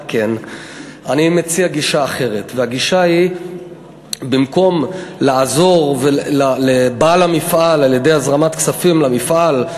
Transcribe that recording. אני מציע גישה אחרת: במקום לעזור לבעל המפעל על-ידי הזרמת כספים למפעל,